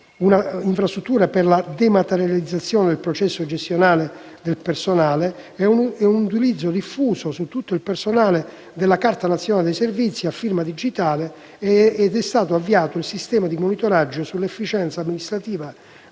infrastruttura per la dematerializzazione del processo gestione personale; utilizzo diffuso su tutto il personale della Carta nazionale dei servizi e firma digitale. È stato altresì avviato il sistema di monitoraggio dell'efficienza amministrativa